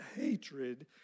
hatred